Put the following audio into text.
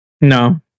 No